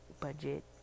budget